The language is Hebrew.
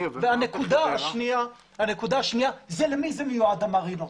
הנקודה השנייה היא למי מיועדת המרינה.